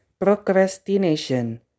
Procrastination